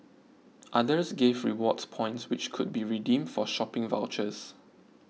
others gave rewards points which could be redeemed for shopping vouchers